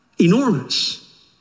enormous